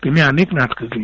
तिने अनेक नाटकं केली